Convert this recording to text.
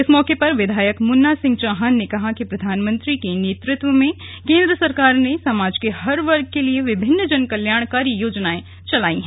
इस मौके पर विधायक मुन्ना सिंह चौहान ने कहा कि प्रधानमंत्री के नेतृत्व में केन्द्र सरकार ने समाज के हर वर्ग के लिए विभिन्न जन कल्याणकारी योजनाए चलाई हैं